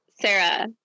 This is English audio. Sarah